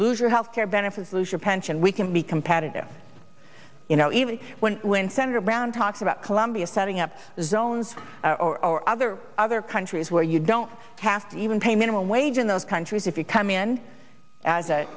lose your health care benefits lose your pension we can be competitive you know even when when senator brown talks about colombia setting up zones or other other countries where you don't have to even pay minimum wage in those countries if you come in as a